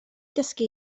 dysgu